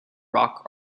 rock